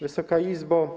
Wysoka Izbo!